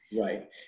right